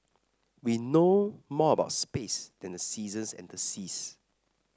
we know more about space than the seasons and the seas